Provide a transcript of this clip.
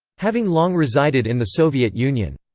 having long resided in the soviet union.